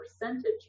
percentage